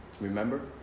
Remember